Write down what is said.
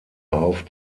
auf